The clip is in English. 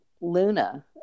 Luna